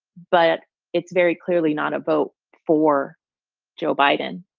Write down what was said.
but it's very clearly not a vote for joe biden.